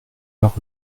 heures